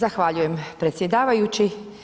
Zahvaljujem predsjedavajući.